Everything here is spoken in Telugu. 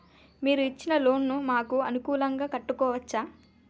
మీరు ఇచ్చిన లోన్ ను మాకు అనుకూలంగా కట్టుకోవచ్చా?